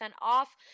off